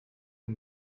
hem